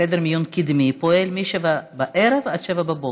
חדר מיון קדמי פועל מ-19:00 עד 07:00,